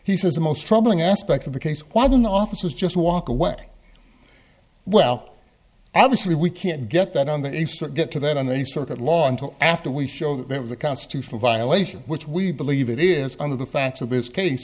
he says the most troubling aspect of the case why the officers just walk away well obviously we can't get that on the extra get to that and they sort of law until after we show them the constitutional violation which we believe it is on the facts of this case